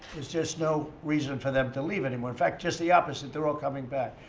there's just no reason for them to leave anymore. in fact, just the opposite they're all coming back.